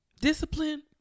discipline